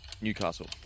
Newcastle